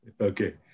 Okay